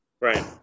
right